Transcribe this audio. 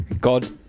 god